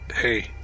hey